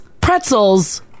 pretzels